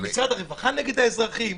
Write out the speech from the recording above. משרד הרווחה נגד האזרחים?